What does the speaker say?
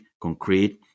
concrete